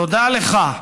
תודה לך.